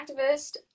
activist